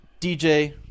DJ